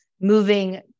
moving